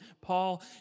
Paul